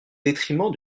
détriment